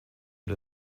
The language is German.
der